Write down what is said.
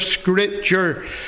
scripture